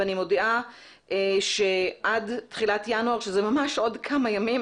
ואני מודיעה שעד תחילת ינואר שזה ממש עוד כמה ימים,